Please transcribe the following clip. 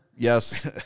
Yes